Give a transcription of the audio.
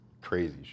crazy